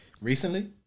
recently